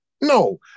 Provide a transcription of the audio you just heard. No